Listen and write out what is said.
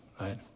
right